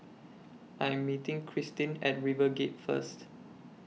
I Am meeting Kristyn At RiverGate First